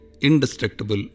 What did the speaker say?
indestructible